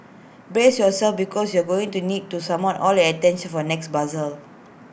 brace yourselves because you're going to need to summon all your attention for next puzzle